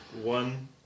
one